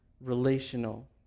relational